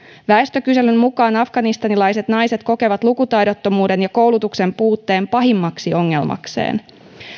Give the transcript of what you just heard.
väestökyselyn mukaan afganistanilaiset naiset kokevat lukutaidottomuuden ja koulutuksen puutteen pahimmaksi ongelmakseen